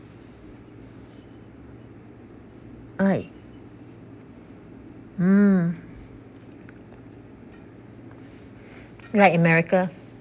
I I mm like america